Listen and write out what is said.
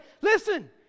Listen